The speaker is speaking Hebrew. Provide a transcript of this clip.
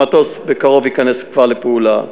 המטוס בקרוב ייכנס כבר לפעולה.